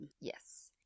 Yes